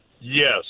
Yes